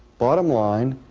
bottom-line,